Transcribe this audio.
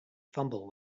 fumble